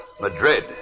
Madrid